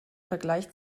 vergleich